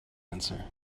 answer